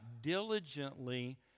diligently